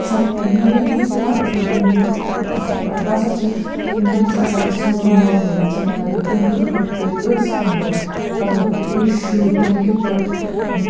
سَختی یی ہیٚکھٕے تِمَن ٲسۍ دُنیِہٕچ تِتھ پٲٹھۍ آسان پاے بہٕ ہَسا چھَس وٕنکیٚنَس اگرے سون مول موج وٕچھو مَطلَب تٔمۍ کِتھ پٲٹھۍ کٔر أسۍ ہینٛڈل مَطلَب کہِ أسۍ شُرۍ تٔمۍ کِتھ پٲٹھۍ